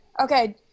Okay